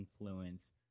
influence